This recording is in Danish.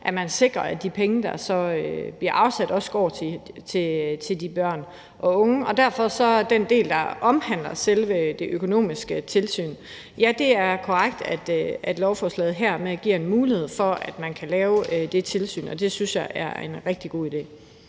at man sikrer, at de penge, der så bliver afsat, også går til de børn og unge. Med hensyn til den del, der omhandler selve det økonomiske tilsyn, er det korrekt, at lovforslaget hermed giver en mulighed for, at man kan lave det tilsyn, og det synes jeg er en rigtig god idé.